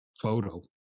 photo